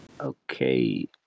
Okay